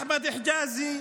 אחמד חג'אזי,